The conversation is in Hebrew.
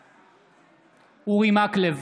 בעד אורי מקלב,